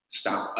stop